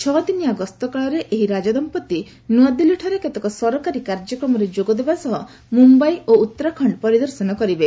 ଛଅଦିନିଆ ଗସ୍ତ କାଳରେ ଏହି ରାଜଦମ୍ପତି ନ୍ତଆଦିଲ୍ଲୀଠାରେ କେତେକ ସରକାରୀ କାର୍ଯ୍ୟକ୍ରମରେ ଯୋଗଦେବା ସହ ମୁମ୍ବାଇ ଓ ଉତ୍ତରାଖଣ୍ଡ ପରିଦର୍ଶନ କରିବେ